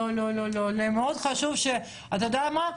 לא, מאוד חשוב, אתה יודע מה?